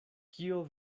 kio